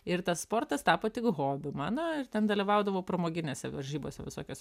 ir tas sportas tapo tik hobiu mano ir ten dalyvaudavau pramoginėse varžybose visokiose